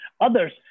others